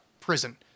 prison